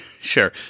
Sure